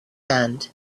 and